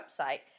website